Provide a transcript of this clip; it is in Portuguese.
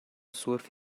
surf